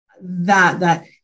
that—that